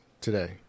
today